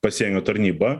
pasienio tarnyba